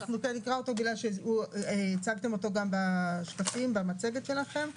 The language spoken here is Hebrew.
נקרא אותו בגלל שהצגתם אותו גם במצגת שלכם.